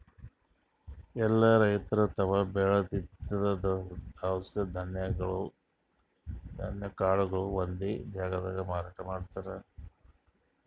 ಎಲ್ಲಾ ರೈತರ್ ತಾವ್ ಬೆಳದಿದ್ದ್ ದವಸ ಧಾನ್ಯ ಕಾಳ್ಗೊಳು ಒಂದೇ ಜಾಗ್ದಾಗ್ ಮಾರಾಟ್ ಮಾಡ್ತಾರ್